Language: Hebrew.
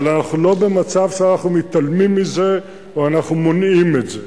אבל אנחנו לא במצב שאנחנו מתעלמים מזה או אנחנו מונעים את זה.